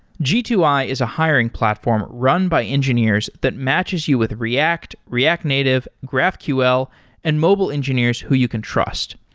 g two i is a hiring platform run by engineers that matches you with react, react native, graphql and mobile engineers who you can trust.